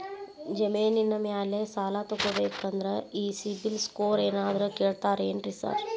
ಜಮೇನಿನ ಮ್ಯಾಲೆ ಸಾಲ ತಗಬೇಕಂದ್ರೆ ಈ ಸಿಬಿಲ್ ಸ್ಕೋರ್ ಏನಾದ್ರ ಕೇಳ್ತಾರ್ ಏನ್ರಿ ಸಾರ್?